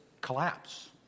collapse